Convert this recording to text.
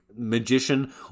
magician